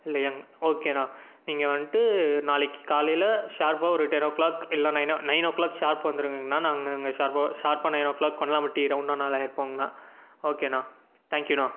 இல்லையாங்க ஓகே அண்ணா நீங்கள் வந்துட்டு நாளைக்கு காலையில் ஷார்ப்பாக ஒரு டென்னோ க்ளாக் இல்லைனா நைன் நைனோ க்ளாக் ஷார்ப்பாக வந்துடுங்கங்க அண்ணா நாங்கள் அங்கே ஷார்ப்பாக ஷார்ப்பாக நைனோ க்ளாக் கொல்லாம்பட்டி ரவுண்டானாவில இருப்போங்க அண்ணா ஓகே அண்ணா தேங்க்யூ அண்ணா